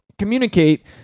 Communicate